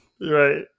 Right